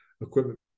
equipment